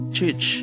church